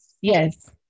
Yes